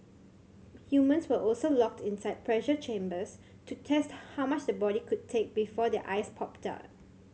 humans were also locked inside pressure chambers to test how much the body could take before their eyes popped out